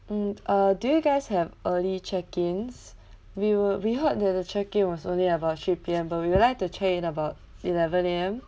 um uh do you guys have early check-ins we will we heard that the check-in was only about three P_M but we would like to change about eleven A_M